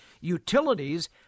utilities